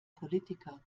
politiker